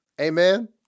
Amen